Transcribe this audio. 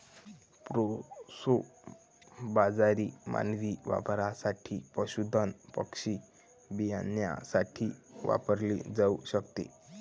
proso बाजरी मानवी वापरासाठी, पशुधन पक्षी बियाण्यासाठी वापरली जाऊ शकते